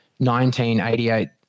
1988